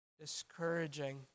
discouraging